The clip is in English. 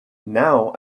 now